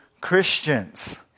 Christians